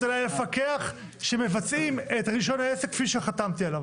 עליי לפקח שמבצעים את רישיון העסק כפי שחתמתי עליו